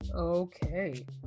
Okay